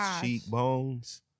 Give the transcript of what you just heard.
cheekbones